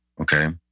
okay